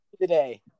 today